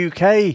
UK